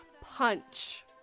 Punch